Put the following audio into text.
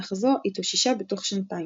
אך זו התאוששה בתוך שנתיים.